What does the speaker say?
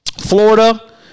Florida